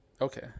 Okay